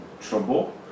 trouble